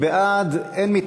11)?